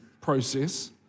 process